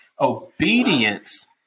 obedience